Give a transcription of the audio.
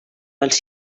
pels